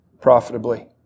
profitably